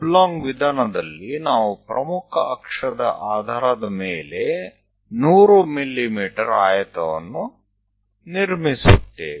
આ લંબચોરસ પદ્ધતિમાં આપણે 100 mm મુખ્ય અક્ષ પર એક લંબચોરસ રચીશું